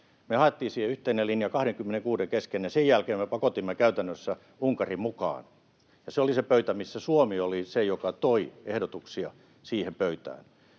Me haettiin siihen yhteinen linja 26:n kesken, ja sen jälkeen me pakotimme käytännössä Unkarin mukaan, ja se oli se pöytä, missä Suomi oli se, joka toi ehdotuksia siihen pöytään.